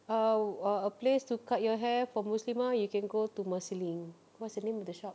err err a place to cut your hair for muslimah you can go to marsiling what's the name of the shop